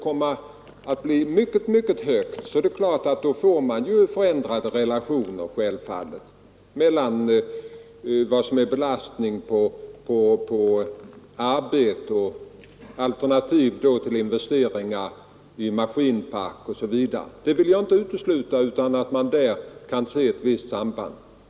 Skulle det bli mycket höga uttag är jag medveten om att man får förändrade relationer mellan vad som är belastning på arbete och investeringar i maskinpark osv. Jag vill inte utesluta att man där kan se ett visst samband.